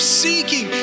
seeking